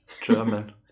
German